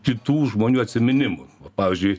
kitų žmonių atsiminimų pavyzdžiui